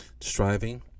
striving